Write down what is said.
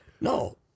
No